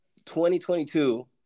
2022